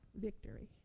victory